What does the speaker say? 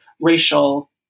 racial